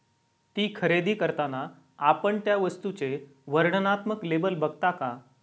ती खरेदी करताना आपण त्या वस्तूचे वर्णनात्मक लेबल बघता का?